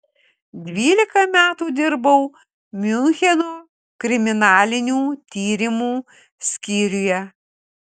dvylika metų dirbau miuncheno kriminalinių tyrimų skyriuje